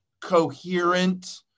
coherent